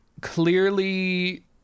clearly